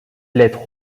lettre